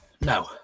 No